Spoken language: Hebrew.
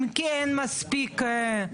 אם יש חבר כנסת שנכנס ברגע זה?